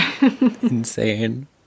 insane